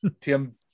Tim